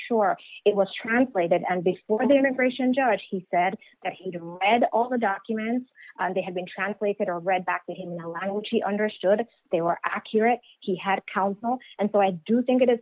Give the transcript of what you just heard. sure it was translated and before their information judge he said that he did and all the documents they had been translated or read back to him in the language he understood they were accurate he had counsel and so i do think it i